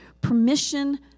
permission